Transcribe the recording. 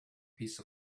piece